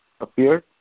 appeared